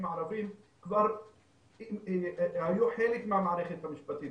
הערביים כבר היו חלק מהמערכת המשפטית,